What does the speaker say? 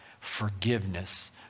Forgiveness